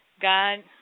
God